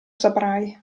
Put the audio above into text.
saprai